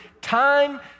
time